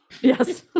Yes